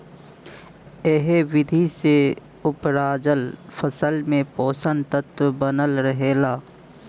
एह विधि से उपराजल फसल में पोषक तत्व बनल रहेला